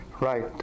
right